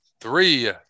three